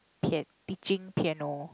pian~ teaching piano